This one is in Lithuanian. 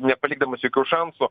nepalikdamas jokių šansų